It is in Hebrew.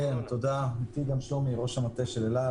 אין חולק על זה.